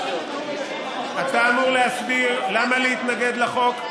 אתה אמור להסביר למה להתנגד לחוק.